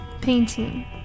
painting